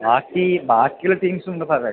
ബാക്കി ബാക്കിയുള്ള ടീംസുമുണ്ട് സാറെ